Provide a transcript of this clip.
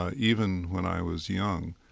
ah even when i was young,